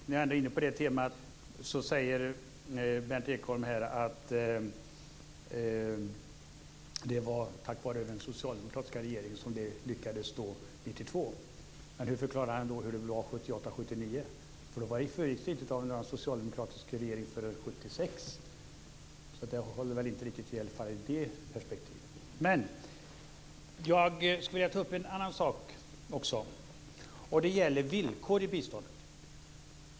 När jag ändå är inne på det temat vill jag påpeka att Berndt Ekholm säger att det var tack vare den socialdemokratiska regeringen som det lyckades 1992. Hur förklarar han då hur det var 1978/79? Det var förvisso inte någon socialdemokratisk regering sedan 1976. Det argumentet håller inte riktigt, i varje fall inte ur det perspektivet. Men jag skulle vilja ta upp en annan sak också. Det gäller villkor i biståndet.